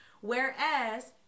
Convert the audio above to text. Whereas